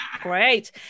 Great